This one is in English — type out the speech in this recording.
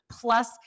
Plus